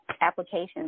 applications